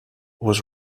was